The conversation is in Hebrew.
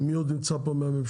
מי עוד נמצא פה מהממשלה?